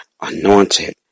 anointed